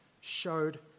showed